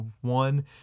one